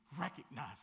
recognize